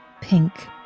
pink